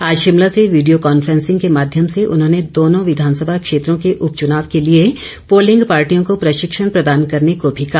आज शिमला से video conferencing के माध्यम से उन्होंने दोनों विधानसभा क्षेत्रों के उपचुनाव के लिए पोलिंग पार्टियों को प्रशिक्षण प्रदान करने को भी कहा